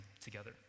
together